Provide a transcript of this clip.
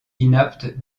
inapte